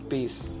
Peace